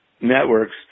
networks